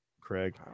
Craig